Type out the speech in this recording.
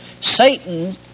Satan